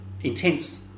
intense